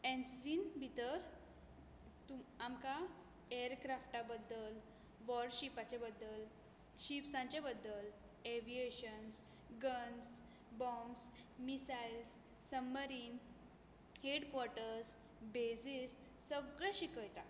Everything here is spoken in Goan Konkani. एनसीसीन भितर तूं आमकां एरक्राफ्टा बद्दल वॉरशिपाचे बद्दल शिप्सांचे बद्दल aviations guns bombs missiles submarine headquarters bases सगळें शिकयता